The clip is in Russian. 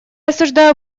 осуждаю